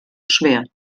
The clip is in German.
schwer